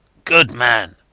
good man.